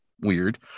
Weird